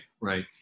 Right